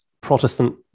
protestant